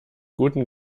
guten